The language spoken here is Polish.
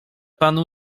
panu